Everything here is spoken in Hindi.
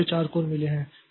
तो मुझे 4 कोर मिले हैं